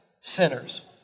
sinners